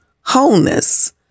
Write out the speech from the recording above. wholeness